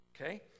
Okay